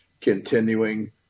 continuing